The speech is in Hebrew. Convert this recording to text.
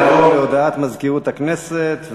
נעבור להודעת מזכירות הכנסת,